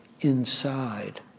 inside